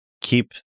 Keep